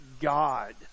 God